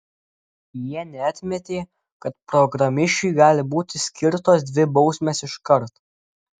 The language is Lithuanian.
jie neatmetė kad programišiui gali būti skirtos dvi bausmės iškart